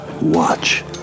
watch